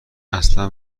اصلا